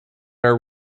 are